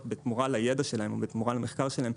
בתמורה לידע שלהם או בתמורה למחקר שלהם,